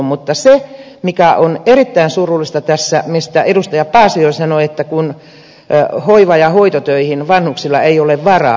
mutta se on erittäin surullista tässä mistä edustaja paasio sanoi että hoiva ja hoitotöihin vanhuksilla ei ole varaa